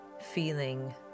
Feeling